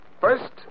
First